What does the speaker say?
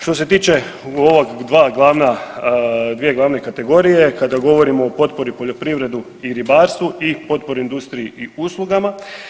Što se tiče ove dvije glavne kategorije, kada govorimo o potpori poljoprivredi i ribarstvu i potpori industriji i uslugama.